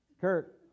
kurt